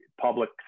public